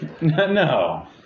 No